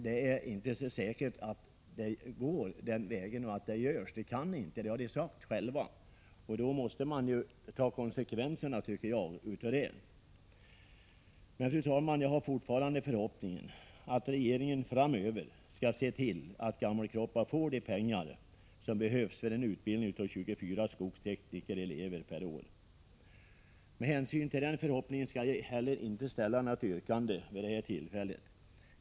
Det är inte så säkert att det blir så. De har själva sagt att de inte kan göra någonting, och då måste man enligt min mening dra konsekvenserna härav. Fru talman! Jag har fortfarande den förhoppningen att regeringen framöver ser till att Gammelkroppa får de pengar som behövs för utbildning av 24 skogsteknikerelever per år. På grund av den förhoppningen skall jag inte heller ställa något yrkande för tillfället.